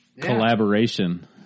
collaboration